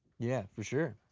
yeah, for sure.